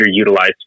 underutilized